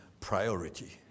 priority